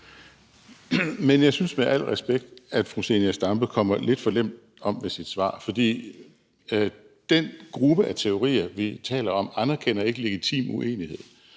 Men jeg synes med al respekt, at fru Zenia Stampe kommer lidt for let om det med sit svar, for den gruppe af teorier, vi taler om, anerkender ikke legitim uenighed.